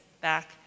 back